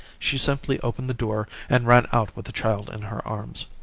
she simply opened the door and ran out with the child in her arms.